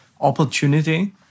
opportunity